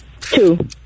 Two